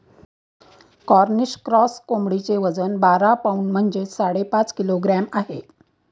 Cornish cross कोंबडीचे वजन बारा पौंड म्हणजेच साडेपाच किलोग्रॅम आहे